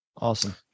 Awesome